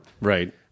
Right